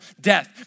death